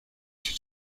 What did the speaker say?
się